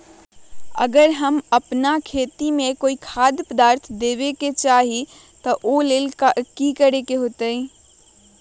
अगर हम अपना खेती में कोइ खाद्य पदार्थ देबे के चाही त वो ला का करे के होई?